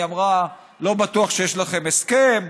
היא אמרה שלא בטוח שיש לכם הסכם.